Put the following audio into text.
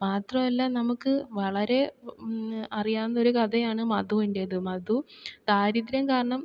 മാത്രമല്ല നമുക്ക് വളരെ അറിയാവുന്ന ഒരു കഥയാണ് മധുവിൻ്റെത് മധു ദാരിദ്ര്യം കാരണം